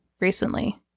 recently